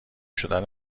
شدن